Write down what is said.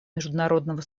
международного